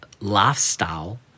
lifestyle